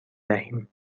دهیم